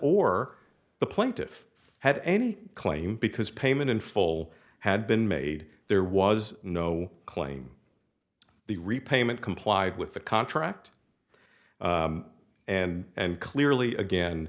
or the plaintiff had any claim because payment in full had been made there was no claim the repayment complied with the contract and clearly again